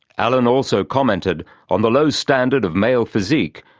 alan also commented on the low standard of male physique,